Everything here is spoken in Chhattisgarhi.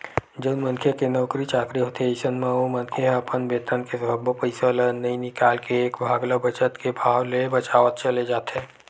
जउन मनखे के नउकरी चाकरी होथे अइसन म ओ मनखे ह अपन बेतन के सब्बो पइसा ल नइ निकाल के एक भाग ल बचत के भाव ले बचावत चले जाथे